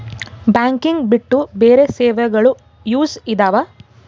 Banking ಬಿಟ್ಟು ಬೇರೆ ಸೇವೆಗಳು ಯೂಸ್ ಇದಾವ?